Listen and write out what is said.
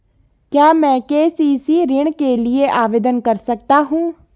क्या मैं के.सी.सी ऋण के लिए आवेदन कर सकता हूँ?